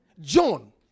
John